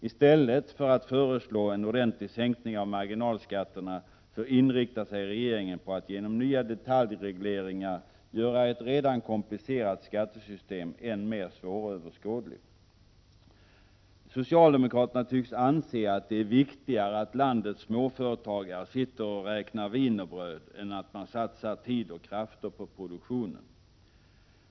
I stället för att föreslå en ordentlig sänkning av marginalskatterna inriktar sig regeringen på att genom nya detaljregleringar göra ett redan komplicerat skattesystem ännu mer svåröverskådligt. Socialdemokraterna tycks anse att det är viktigare att landets småföretagare sitter och räknar wienerbröd än att de satsar tid och kraft på produktionen.